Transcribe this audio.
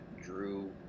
Drew